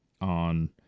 on